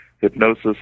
hypnosis